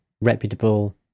reputable